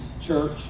church